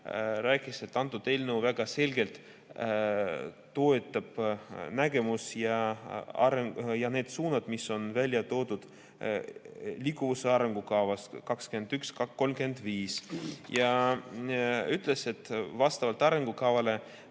rääkis, et antud eelnõu toetab väga selgelt seda nägemust ja neid suundi, mis on välja toodud liikuvuse arengukavas 2021–2035. Ta ütles, et vastavalt arengukavale